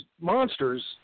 monsters